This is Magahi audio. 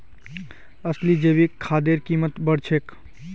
असली जैविक खादेर कीमत बढ़ छेक